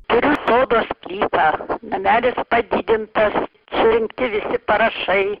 turiu sodo sklypą namelis padidintas surinkti visi parašai